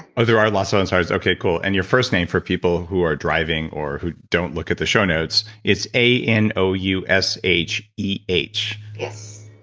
there are lots of ansari's? okay. cool. and your first name for people who are driving or who don't look at the show notes, it's a n o u s h e h yes